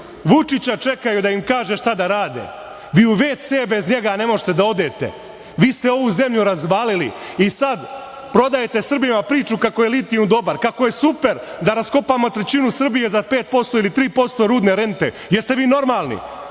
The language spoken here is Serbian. Vučića da im kaže šta da rade. Vi ni u ve-ce bez njega ne možete da odete. Vi ste ovu zemlju razvalili i sad prodajete Srbima priču kako je litijum dobar, kako je super da raskopamo trećinu Srbije za 5% ili 3% rudne rente. Jeste vi normalni?